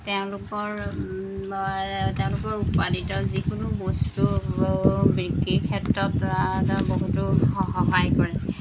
তেওঁলোকৰ তেওঁলোকৰ উৎপাদিত যিকোনো বস্তু বিক্ৰীৰ ক্ষেত্ৰত বহুতো সহায় কৰে